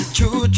True